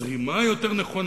זרימה נכונה יותר,